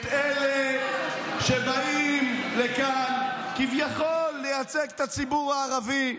את אלה שבאים לכאן כביכול לייצג את הציבור הערבי.